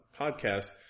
podcast